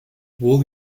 would